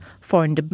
foreign